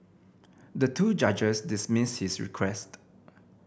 the two judges dismissed his request